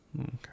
Okay